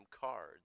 cards